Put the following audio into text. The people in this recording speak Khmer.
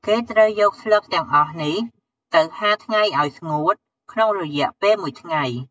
គេត្រូវយកស្លឹកទាំងអស់នេះទៅហាលថ្ងៃឱ្យស្ងួត ក្នុងរយៈពេលមួយថ្ងៃ។